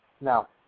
Now